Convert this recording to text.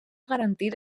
garantir